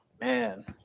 man